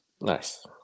Nice